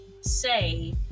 say